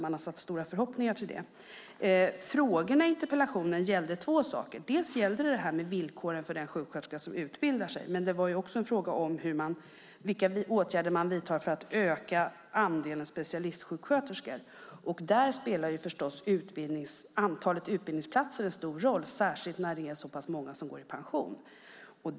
Man har satt stora förhoppningar till det. Frågorna i interpellationen gällde två saker. Det gällde villkoren för den sjuksköterska som utbildar sig, men det var också en fråga om vilka åtgärder man vidtar för att öka andelen specialistsjuksköterskor. Där spelar förstås antalet utbildningsplatser en stor roll, särskilt när det är så pass många som går i pension.